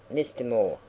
mr. moore?